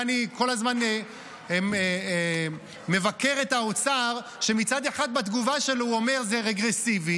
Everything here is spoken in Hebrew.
אני כל הזמן מבקר את האוצר שמצד אחד בתגובה שלו הוא אומר שזה רגרסיבי,